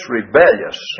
rebellious